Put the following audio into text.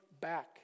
back